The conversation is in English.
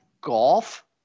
golf